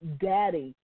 daddy